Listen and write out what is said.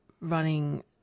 running